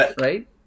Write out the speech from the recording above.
right